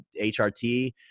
HRT